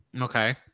Okay